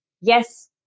yes